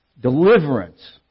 deliverance